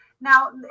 Now